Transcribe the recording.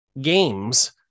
games